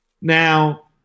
Now